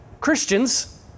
Christians